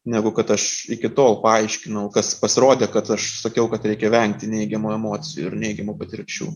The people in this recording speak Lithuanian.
negu kad aš iki tol paaiškinau kas pasirodė kad aš sakiau kad reikia vengti neigiamų emocijų ir neigiamų patirčių